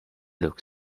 look